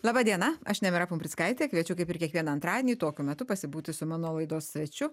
laba diena aš nemira pumprickaitė kviečiu kaip ir kiekvieną antradienį tokiu metu pasibūti su mano laidos svečiu